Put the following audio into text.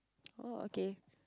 oh okay